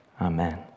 Amen